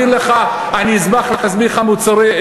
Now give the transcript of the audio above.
אבל איך, אני אשמח להסביר לך: מוצרי,